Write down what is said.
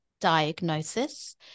diagnosis